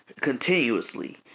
continuously